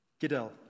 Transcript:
Gidel